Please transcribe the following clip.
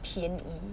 便宜